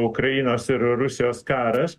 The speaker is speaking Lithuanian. ukrainos ir rusijos karas